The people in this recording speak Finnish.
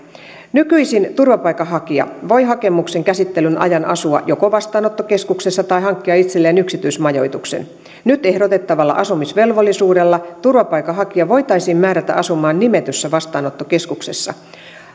nykyisin turvapaikanhakija voi hakemuksen käsittelyn ajan asua joko vastaanottokeskuksessa tai hankkia itselleen yksityismajoituksen nyt ehdotettavalla asumisvelvollisuudella turvapaikanhakija voitaisiin määrätä asumaan nimetyssä vastaanottokeskuksessa